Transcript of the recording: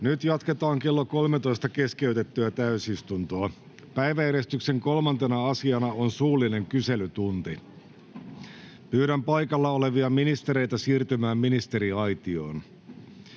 Nyt jatketaan kello 13 keskeytettyä täysistuntoa. Päiväjärjestyksen 3. asiana on suullinen kyselytunti. Pyydän paikalla olevia ministereitä siirtymään ministeriaitioon.